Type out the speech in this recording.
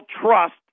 trust